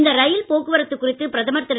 இந்த ரெயில் போக்குவரத்து குறித்து பிரதமர் திரு